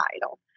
title